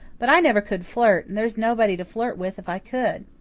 but i never could flirt and there's nobody to flirt with if i could.